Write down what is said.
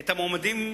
המועמדים,